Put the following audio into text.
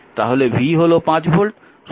তাহলে V হল 5 volt